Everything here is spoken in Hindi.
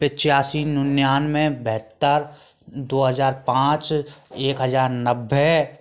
पचासी निन्यानवे बहत्तर दो हज़ार पाँच एक हज़ार नब्बे